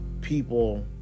people